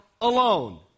alone